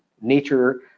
nature